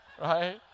right